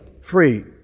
Free